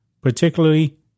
particularly